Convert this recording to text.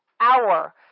hour